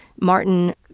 Martin